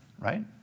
right